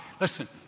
Listen